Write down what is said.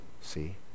See